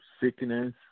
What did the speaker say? sickness